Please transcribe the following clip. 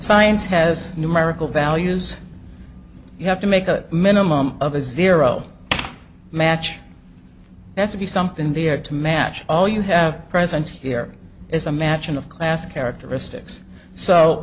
science has numerical values you have to make a minimum of a zero match has to be something there to match all you have present here is a matching of class characteristics so